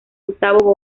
gustavo